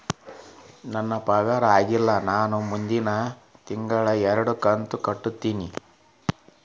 ನನ್ನ ಪಗಾರ ಆಗಿಲ್ಲ ನಾ ಮುಂದಿನ ತಿಂಗಳ ಎರಡು ಕಂತ್ ಕಟ್ಟತೇನಿ